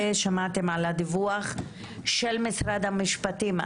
שמעתם על הדיווח של משרד המשפטים.